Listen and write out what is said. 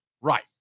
Right